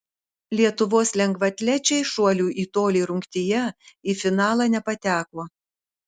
lietuvos lengvaatlečiai šuolių į tolį rungtyje į finalą nepateko